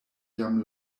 jam